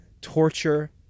torture